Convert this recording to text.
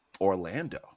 Orlando